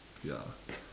ya